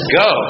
go